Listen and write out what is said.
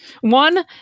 One